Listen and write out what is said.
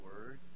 word